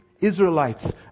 israelites